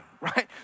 right